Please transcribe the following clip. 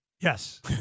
Yes